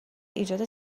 ایجاد